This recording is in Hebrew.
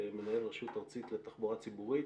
מנהל רשות ארצית לתחבורה ציבורית.